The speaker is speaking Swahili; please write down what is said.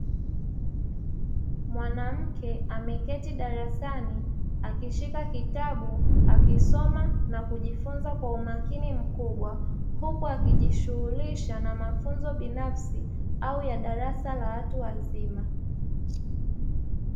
Mwanamke ameketi darasani akishika kitabu akisoma na kujifunza kwa umakini mkubwa, huku akijishughulisha na mafunzo binafsi au ya darasa la watu wazima.